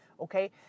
Okay